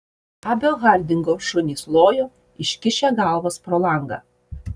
abio hardingo šunys lojo iškišę galvas pro langą